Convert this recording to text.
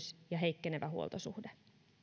ja heikkenevä huoltosuhde